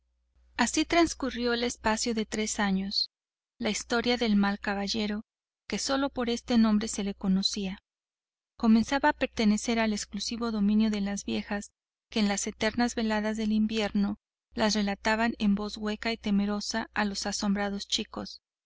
así transcurrió el espacio de tres años la historia del mal caballero que sólo por este nombre se le conocía comenzaba a pertenecer al exclusivo dominio de las viejas que en las eternas veladas del invierno las relataban con voz hueca y temerosa a los asombrados chicos